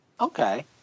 Okay